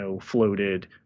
floated